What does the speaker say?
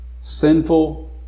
sinful